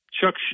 chuck